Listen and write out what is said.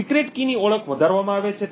secret key ની ઓળખ વધારવામાં આવે છે